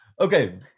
okay